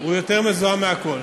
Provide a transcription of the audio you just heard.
הוא יותר מזוהם מהכול.